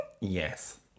Yes